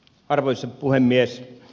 arvoisa puhemies